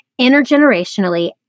intergenerationally